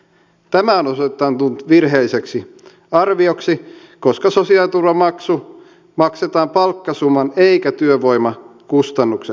tämä on osoittautunut virheelliseksi arvioksi koska sosiaaliturvamaksu maksetaan palkkasumman eikä työvoimakustannuksen perusteella